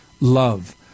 love